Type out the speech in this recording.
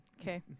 Okay